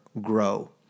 grow